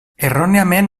erròniament